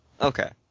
Okay